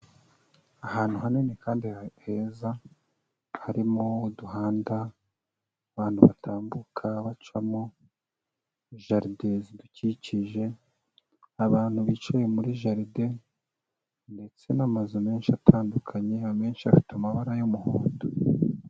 Ahantu hanini kandi heza, harimo uduhanda abantu batambuka bacamo, jaride zidukikije, abantu bicaye muri jaride, ndetse n'amazu menshi atandukanye, amenshi afite amabara y'umuhondo.